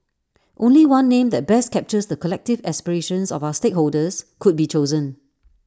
only one name that best captures the collective aspirations of our stakeholders could be chosen